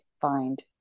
find